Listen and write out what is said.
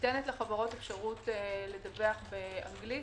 ניתנת לחברות אפשרות לדווח באנגלית,